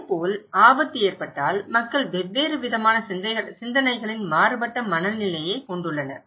இதேபோல் ஆபத்து ஏற்பட்டால் மக்கள் வெவ்வேறு விதமான சிந்தனைகளின் மாறுபட்ட மனநிலையைக் கொண்டுள்ளனர்